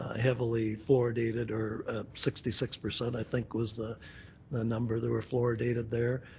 heavily fluoridated or sixty six percent i think was the the number that were fluoridated there.